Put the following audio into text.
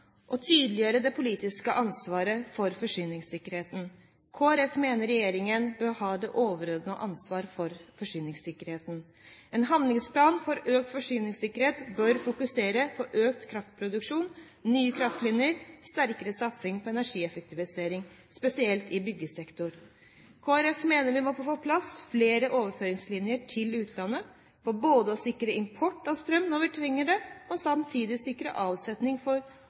og tydeliggjøre det politiske ansvaret for forsyningssikkerheten. Kristelig Folkeparti mener regjeringen bør ha det overordnede ansvar for forsyningssikkerheten. En handlingsplan for økt forsyningssikkerhet bør fokusere på økt kraftproduksjon, nye kraftlinjer, sterkere satsing på energieffektivisering – spesielt i byggesektoren. Kristelig Folkeparti mener vi må få på plass flere overføringslinjer til utlandet for både å sikre import av strøm når vi trenger det, og samtidig sikre avsetning for